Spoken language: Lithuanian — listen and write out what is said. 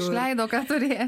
išleido ką turėjo